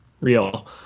real